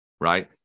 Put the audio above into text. Right